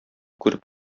күреп